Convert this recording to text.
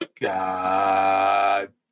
God